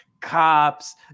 cops